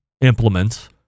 implements